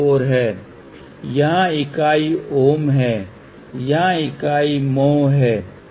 वैसे इस low pass design को एक इंटीग्रेटर के रूप में भी जाना जाता है और हाई पास को विभेदक के रूप में भी जाना जाता है